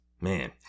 man